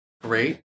great